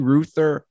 Ruther